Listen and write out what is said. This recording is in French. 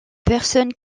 personnes